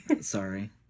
Sorry